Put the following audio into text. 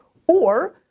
or,